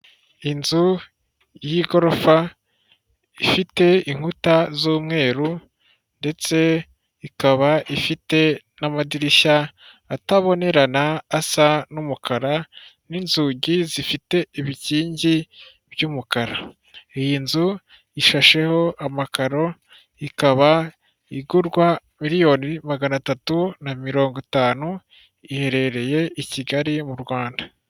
Inzu y'igorofa ifite inkuta z'umweru ndetse ikaba ifite n'amadirishya atabonerana asa n'umukara n'inzugi zifite ibikingi by'umukara. Iyi nzu ishasheho amakaro ikaba igurwa miliyoni magana atatu na mirongo itanu. Iherereye i Kigali mu Rwanda.